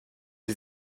sie